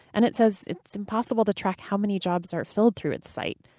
and it says it's impossible to track how many jobs are filled through its site.